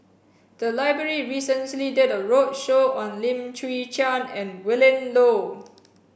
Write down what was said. the library recently did a roadshow on Lim Chwee Chian and Willin Low